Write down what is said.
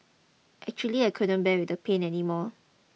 actually I couldn't bear with the pain anymore